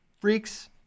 freaks